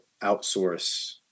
outsource